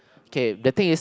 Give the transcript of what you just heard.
kay the thing is